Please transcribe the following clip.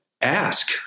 ask